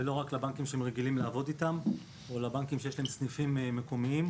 ולא רק לבנקים שהם רגילים לעבוד איתם או לבנקים שיש להם סניפים מקומיים.